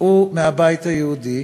ומהבית היהודי,